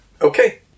Okay